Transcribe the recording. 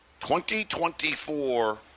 2024